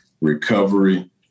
recovery